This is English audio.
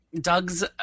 Doug's